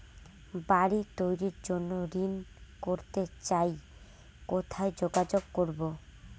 বাড়ি তৈরির জন্য ঋণ করতে চাই কোথায় যোগাযোগ করবো?